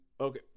okay